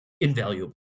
invaluable